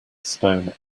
stone